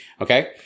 Okay